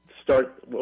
start